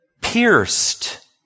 pierced